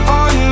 on